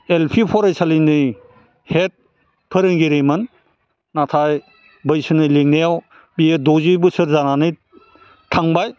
L P फरायसालिनि head फोरोंगिरिमोन नाथाय बैसोनि लिंनायाव बियो द'जि बोसोर जानानै थांबाय